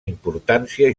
importància